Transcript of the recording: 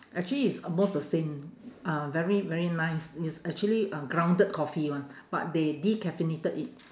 actually it's almost the same uh very very nice it's actually uh grounded coffee one but they decaffeinated it